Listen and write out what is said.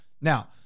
Now